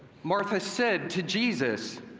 martha said to jesus,